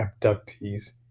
abductees